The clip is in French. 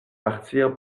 partir